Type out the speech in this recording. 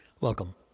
Welcome